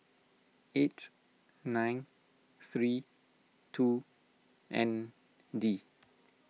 eight nine three two N D